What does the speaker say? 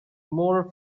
more